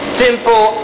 simple